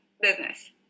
business